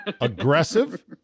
aggressive